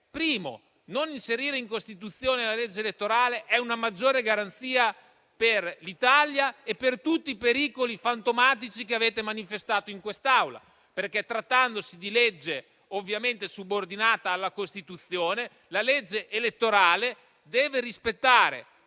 perché non inserire in Costituzione la legge elettorale è una maggiore garanzia per l'Italia e per tutti i pericoli fantomatici che avete manifestato in quest'Aula. Trattandosi infatti di legge subordinata alla Costituzione, la legge elettorale deve rispettare